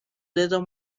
dedo